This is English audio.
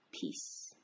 Peace